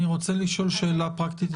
אני רוצה לשאול את המשטרה שאלה פרקטית.